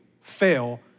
fail